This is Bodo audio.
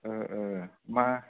मा